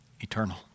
eternal